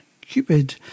Cupid